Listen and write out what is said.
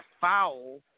foul